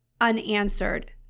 unanswered